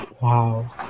Wow